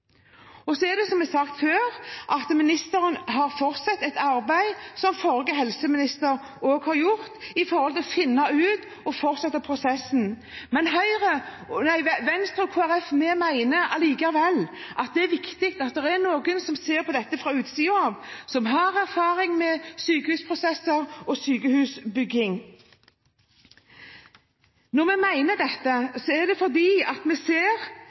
det er sagt før, har ministeren fortsatt et arbeid – som den forrige helseministeren også gjorde – for å finne ut og fortsette prosessen. Men Venstre og Kristelig Folkeparti mener allikevel at det er viktig at noen ser på dette fra utsiden, noen som har erfaring med sykehusprosesser og med sykehusbygging. Når vi mener dette, er det fordi vi ser at vi har et stykke igjen. Vi ser